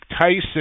Tyson